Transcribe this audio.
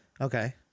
Okay